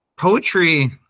Poetry